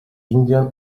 indian